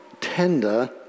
tender